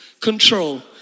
control